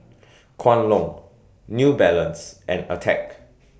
Kwan Loong New Balance and Attack